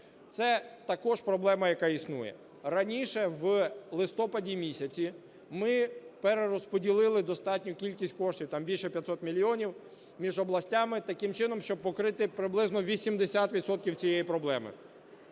Це також проблема, яка існує. Раніше, в листопаді місяці, ми перерозподілили достатню кількість коштів, там більше 500 мільйонів, між областями таким чином, щоб покрити приблизно 80 відсотків цієї проблеми,